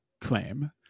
claim